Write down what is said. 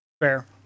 Fair